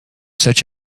such